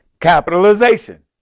capitalization